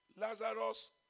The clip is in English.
Lazarus